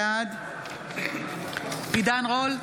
בעד עידן רול,